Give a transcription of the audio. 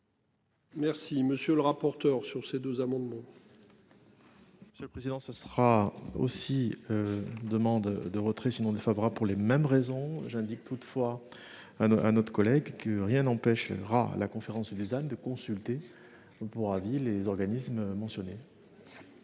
Merci monsieur le rapporteur. Sur ces deux amendements. Hé bien. Monsieur le président, ce sera aussi. Demande de retrait sinon défavorable pour les mêmes raisons, j'indique toutefois. Un autre collègue que rien n'empêche. La conférence des zones de consulter. Pour avis les organismes mentionnés.